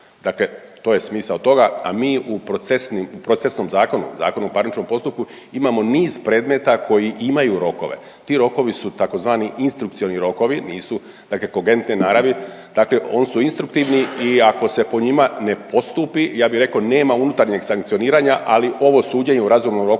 Dakle to je smisao toga, a mi u procesnim, procesnom zakonu, Zakonu o parničnom postupku imamo niz predmeta koji imaju rokove, ti rokovi su tzv. instrukcioni rokovi, nisu dakle kongentne naravi, dakle oni su instruktivni i ako se po njima ne postupi, ja bi rekao nema unutarnjeg sankcioniranja ali ovo suđenje u razumnom roku